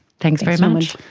thanks very much.